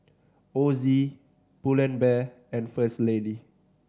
Ozi Pull and Bear and First Lady